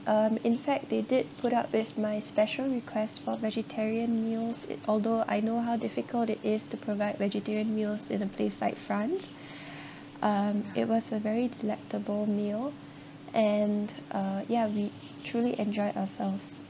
um in fact they did put up with my special requests for vegetarian meals it although I know how difficult it is to provide vegetarian meals in a place like france um it was a very delectable meal and uh ya we truly enjoyed ourselves